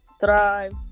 Thrive